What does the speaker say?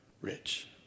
rich